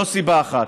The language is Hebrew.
לא סיבה אחת,